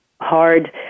hard